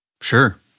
Sure